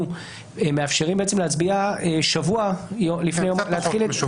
אנחנו מאפשרים להתחיל את ההצבעה שבוע לפני יום הבחירות.